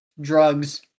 drugs